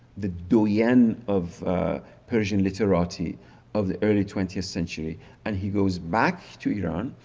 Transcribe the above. the doyen of persian literary of the early twentieth century and he goes back to iran.